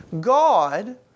God